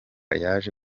yaje